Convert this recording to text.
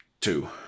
two